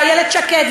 איילת שקד,